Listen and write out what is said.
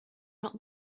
not